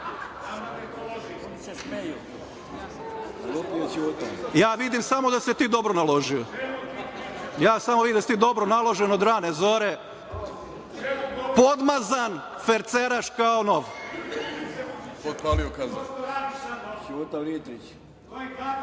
vidim samo da si se ti dobro naložio. Ja samo vidim da si ti dobro naložen od rane zore, podmazan, ferceraš kao